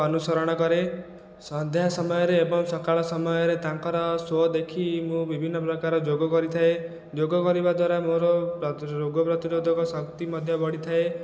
ଅନୁସରଣ କରେ ସନ୍ଧ୍ୟା ସମୟରେ ଏବଂ ସକାଳ ସମୟରେ ତାଙ୍କର ସୋ' ଦେଖି ମୁଁ ବିଭିନ୍ନ ପ୍ରକାର ଯୋଗ କରିଥାଏ ଯୋଗ କରିବା ଦ୍ଵାରା ମୋର ରୋଗପ୍ରତିରୋଧକ ଶକ୍ତି ମଧ୍ୟ ବଢ଼ିଥାଏ